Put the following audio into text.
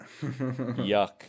Yuck